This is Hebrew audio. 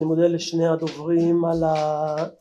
‫אני מודה לשני הדוברים על ה...